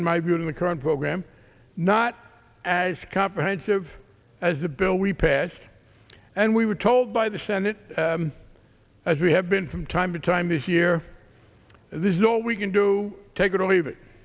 than the current program not as comprehensive as the bill we passed and we were told by the senate as we have been from time to time this year this is all we can do take it or leave it